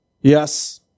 Yes